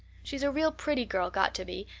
she's a real pretty girl got to be,